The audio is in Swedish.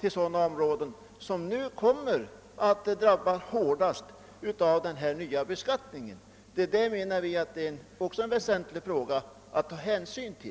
i sådana områden som nu drabbas hårdast av den nya beskattningen. Det är enligt vår uppfatt ning också något väsentligt att ta hänsyn till.